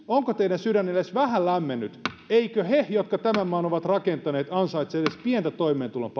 onko teidän sydämenne nyt edes vähän lämmennyt eivätkö he jotka tämän maan ovat rakentaneet ansaitse edes pientä toimeentulon